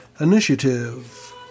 Initiative